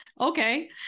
Okay